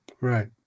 Right